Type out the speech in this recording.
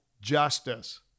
justice